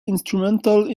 instrumental